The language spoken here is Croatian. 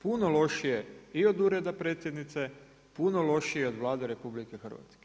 Puno lošije i od ureda Predsjednice, puno lošije od Vlade RH.